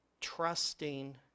Trusting